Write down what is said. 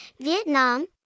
Vietnam